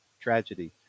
tragedy